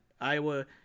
Iowa